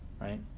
right